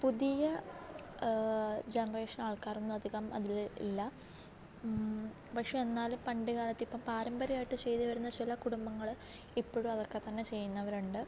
പുതിയ ജനറേഷന് ആള്ക്കാരൊന്നും അധികം അതിൽ ഇല്ല പക്ഷെ എന്നാലും പണ്ടു കാലത്ത് ഇപ്പോൾ പാരമ്പര്യമായിട്ടു ചെയ്തുവരുന്ന ചില കുടുംബങ്ങൾ ഇപ്പോഴും അതൊക്കെത്തന്നെ ചെയ്യുന്നവരുണ്ട്